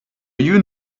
you